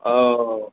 ओ